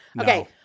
Okay